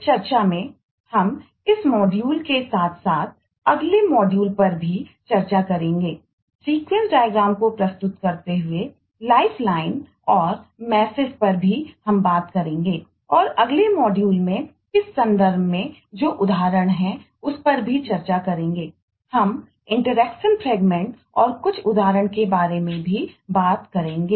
इस चर्चा में हम इस मॉड्यूलऔर कुछ और उदाहरण के बारे में भी बात करेंगे